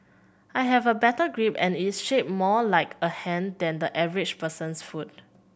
I have a better grip and it's shaped more like a hand than the average person's foot